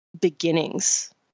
beginnings